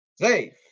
safe